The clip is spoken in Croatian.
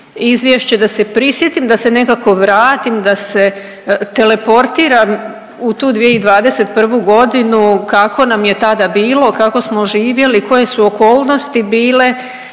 izvješće da se prisjetim, da se nekako vratim, da se teleportiram u tu 2021. godinu kako nam je tada bilo, kako smo živjeli, koje su okolnosti bile